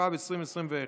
התשפ"ב 2021,